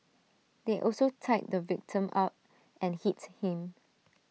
they also tied the victim up and hit him